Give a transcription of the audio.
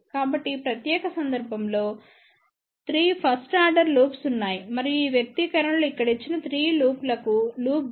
కాబట్టి ఈ ప్రత్యేక సందర్భంలో 3 ఫస్ట్ ఆర్డర్ లూప్స్ ఉన్నాయి మరియు ఈ వ్యక్తీకరణలు ఇక్కడ ఇచ్చిన 3 లూప్లకు లూప్ గెయిన్